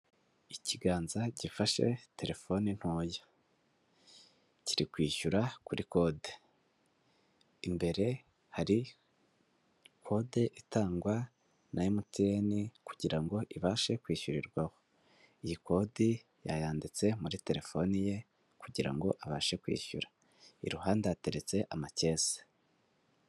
Ikiganza gifashe telefone ntoya kiri kwishyura kuri kode, imbere hari kode itangwa na MTN kugira ngo ibashe kwishyurirwaho, iyi kode yayanditse muri telefone ye kugira ngo abashe kwishyura, iruhande hateretse amakesi,